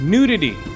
Nudity